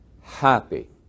happy